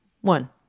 one